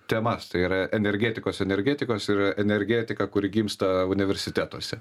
temas tai yra energetikos energetikos ir energetiką kuri gimsta universitetuose